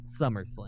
SummerSlam